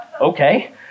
okay